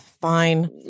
Fine